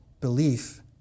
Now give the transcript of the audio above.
belief